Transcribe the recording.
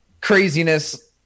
craziness